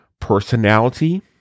personality